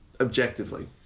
Objectively